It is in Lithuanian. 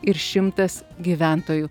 ir šimtas gyventojų